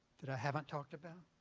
that i haven't talked about?